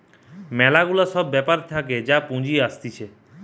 ম্যালা গুলা সব ব্যাপার থাকে যে পুঁজি আসতিছে